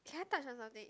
can I touch on something